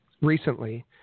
recently